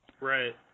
Right